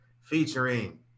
featuring